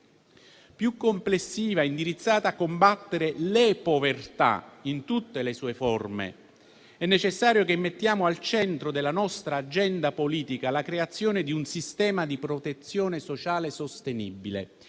e complessiva, indirizzata a combattere le povertà in tutte le varie forme. È necessario che mettiamo al centro della nostra agenda politica la creazione di un sistema di protezione sociale sostenibile